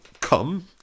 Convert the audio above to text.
come